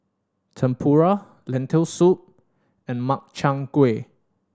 Tempura Lentil Soup and Makchang Gui